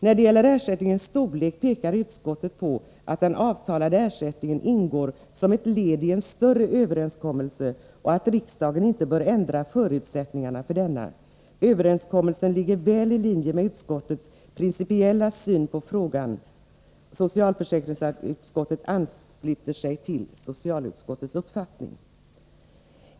När det gäller ersättningens storlek pekar utskottet på att den avtalade ersättningen ingår som ett led i en större överenskommelse och att riksdagen inte bör ändra förutsättningarna för denna. Överenskommelsen ligger väl i linje med utskottets principiella syn på frågan. Socialförsäkringsutskottet ansluter sig till socialutskottets uppfattning.